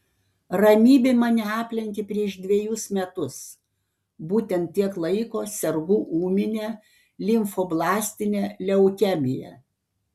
ramybė mane aplenkė prieš dvejus metus būtent tiek laiko sergu ūmine limfoblastine leukemija